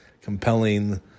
compelling